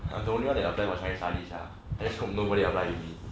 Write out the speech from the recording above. I'm the only one who apply for chinese studies ya let's hope nobody apply with me